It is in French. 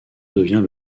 devient